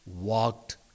walked